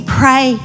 pray